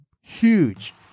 huge